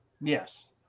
yes